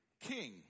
king